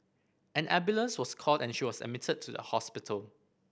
an ambulance was called and she was admitted to the hospital